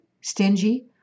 stingy